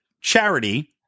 charity